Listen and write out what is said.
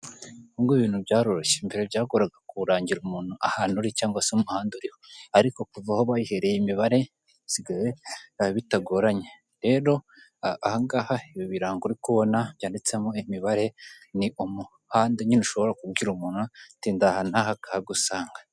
Ubu ngubu ibintu byaroroshye mbere byagoraga kurangira umuntu ahantu uri cyangwa se umuhanda uriho. Ariko kuva aho bahereye imibare bisigaye biba bitagoranye, rero aha ngaha ibi birango uri kubona byanditsemo imibare ni umuhande nyine ushobora kubwira umuntu uti ndaha naha akahagusanga.